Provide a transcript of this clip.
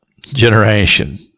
generation